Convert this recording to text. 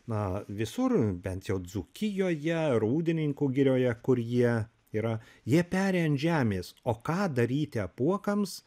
na visur bent jau dzūkijoje rūdininkų girioje kur jie yra jie peri ant žemės o ką daryti apuokams